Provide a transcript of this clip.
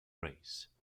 race